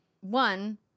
One